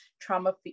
trauma